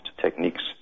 techniques